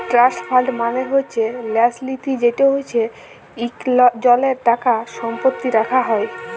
trust fund মালে হছে ল্যাস লিতি যেট হছে ইকজলের টাকা সম্পত্তি রাখা হ্যয়